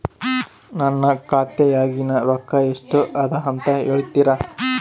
ನನ್ನ ಖಾತೆಯಾಗಿನ ರೊಕ್ಕ ಎಷ್ಟು ಅದಾ ಅಂತಾ ಹೇಳುತ್ತೇರಾ?